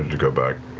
to go back.